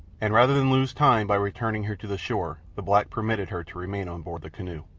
and rather than lose time by returning her to the shore the black permitted her to remain on board the canoe.